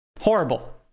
Horrible